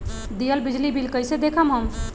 दियल बिजली बिल कइसे देखम हम?